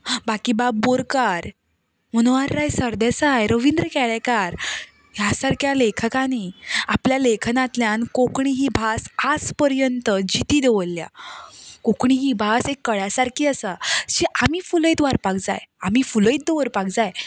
बाकीबाब बोरकार मनोहरराय सरदेसाय रविंद्र केळेकार ह्या सारक्या लेखकांनी आपल्या लेखनांतल्यान कोंकणी ही भास आयज पर्यंत जिती दवरल्या कोंकणी ही भास एक कळ्या सारकी आसा जी आनी फुलयत व्हरपाक जाय आनी फुलयत दवरपाक जाय